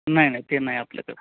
नाही नाही ते नाही आपल्याकडं